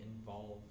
involved